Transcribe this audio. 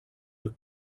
who